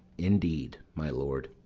indeed, my lord,